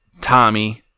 Tommy